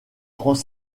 grands